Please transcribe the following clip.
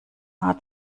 haar